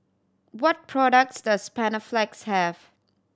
what products does Panaflex have